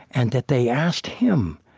and that they asked him,